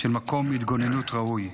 של מקום התגוננות ראוי.